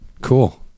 cool